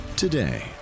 Today